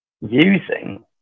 using